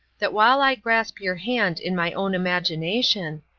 that while i grasp your hand in my own imagination,